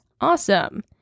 Awesome